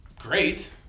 great